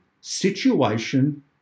situation